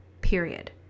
period